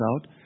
out